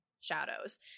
Shadows